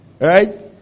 right